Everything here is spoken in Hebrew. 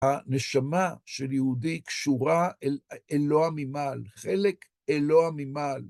הנשמה של יהודי קשורה אל אלוה ממעל, חלק אלוה ממעל.